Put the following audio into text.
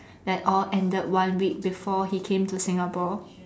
that all ended one week before he came to Singapore